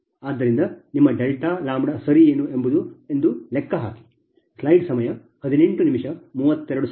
ಆದ್ದರಿಂದ ನಿಮ್ಮ Δλ ಸರಿ ಏನು ಎಂದು ಲೆಕ್ಕ ಹಾಕಿ